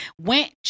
went